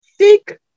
seek